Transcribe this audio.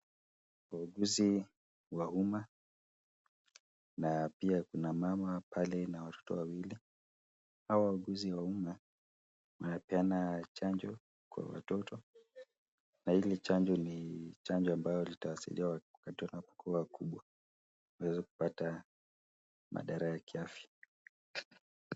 Wauguzi wa umma, na pia kuna mama pale na watoto wawili. Hao wauguzi wa umma wanapeana chanjo kwa watoto na hili chanjo ni chanjo ambalo litasaidia watoto kuwa wakubwa ili waweze kupata madhara ya kiafya.